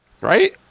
right